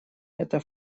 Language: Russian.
эта